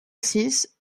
six